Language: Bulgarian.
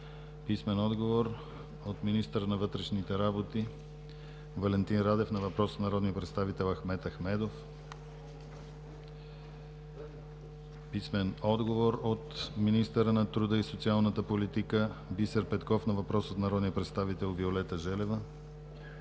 Халачева; - министъра на вътрешните работи Валентин Радев на въпрос от народния представител Ахмед Ахмедов; - министъра на труда и социалната политика Бисер Петков на въпрос от народния представител Виолета Желева;